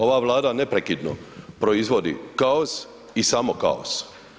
Ova Vlada neprekidno proizvodi kaos i samo kaos.